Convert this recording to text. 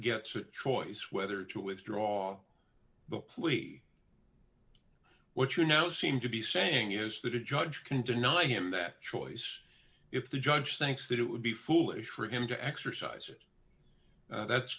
gets a choice whether to withdraw the plea what you know seem to be saying is that a judge can deny him that choice if the judge thinks that it would be foolish for him to exercise it that's